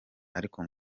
ariko